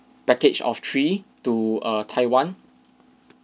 package of three to err taiwan